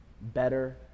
Better